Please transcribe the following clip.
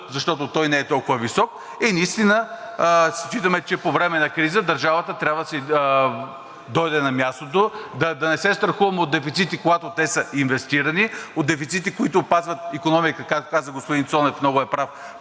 защото той не е толкова висок. И наистина считаме, че по време на криза държавата трябва да си дойде на мястото, да не се страхуваме от дефицити, когато те са инвестирани, от дефицити, които пазят икономиката, както господин Цонев е много прав,